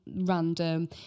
random